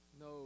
no